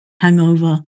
hangover